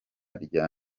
rya